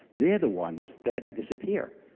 they are the ones that disappear.